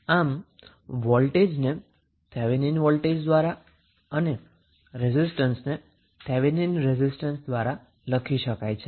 આમ વોલ્ટેજ ને Thevenin voltage તરીકે અને રેઝિસ્ટન્સ ને થેવેનિન રેઝિસ્ટન્સ દ્વારા લખી શકાય છે